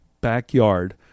backyard